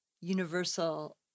universal